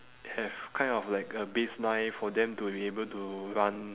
have kind of like a base line for them to be able to run